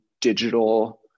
digital